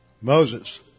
Moses